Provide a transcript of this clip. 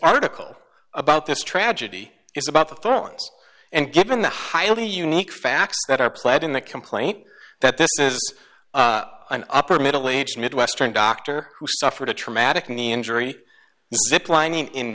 article about this tragedy is about the phone and given the highly unique facts that are played in the complaint that this is an upper middle aged midwestern doctor who suffered a traumatic knee injury lin